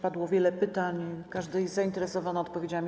Padło wiele pytań, każdy jest zainteresowany odpowiedziami.